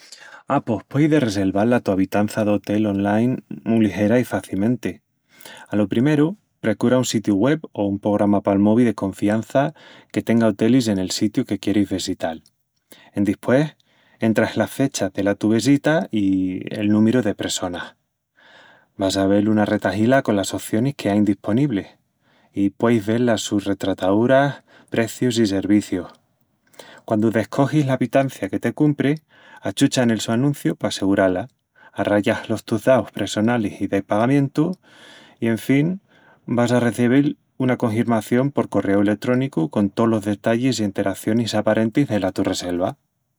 A, pos pueis de reselval la tu abitança d'otel online mu ligera i facimenti. Alo primeru, precura un sitiu web o un pograma pal mobi de confiança que tenga otelis en el sitiu que quieris vesital. Endispués, entras las fechas dela tu vesita i el númiru de pressonas. Vas a vel una retahila colas ocionis que ain disponiblis, i pueis vel las sus retrataúras, precius i servicius. Quandu descogis l'abitancia que te cumpri, achucha nel su anunciu pa segurá-la, arrayas los tus daus pressonalis i de pagamientu. I en fin, vas a recebil una conhirmación por correu eletrónicu con tolos detallis i enteracionis aparentis dela tu reselva.